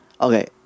okay